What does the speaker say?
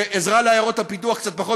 בעזרה לעיירות הפיתוח קצת פחות,